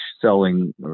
selling